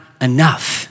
enough